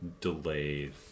delayed